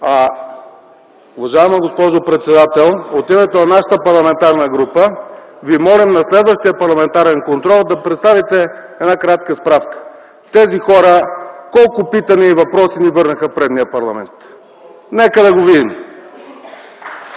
Уважаема госпожо председател, от името на нашата парламентарна група Ви моля на следващия парламентарен контрол да представите една кратка справка тези хора колко питания и въпроси ни върнаха в предния парламент. Нека да го видим!